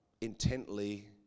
intently